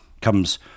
Comes